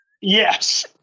yes